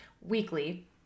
weekly